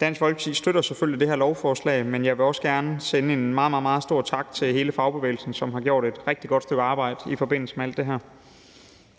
Dansk Folkeparti støtter selvfølgelig det her lovforslag, men jeg vil også gerne sende en meget, meget stor tak til hele fagbevægelsen, som har gjort et rigtig godt stykke arbejde i forbindelse med alt det her.